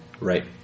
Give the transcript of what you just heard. right